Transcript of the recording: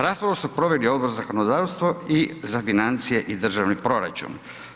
Raspravu su proveli Odbor za zakonodavstvo i financije i državni proračun.